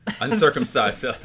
Uncircumcised